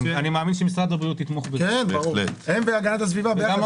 אני מאמין שמשרד בריאות יתמוך בזה וגם משרד האוצר.